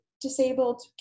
disabled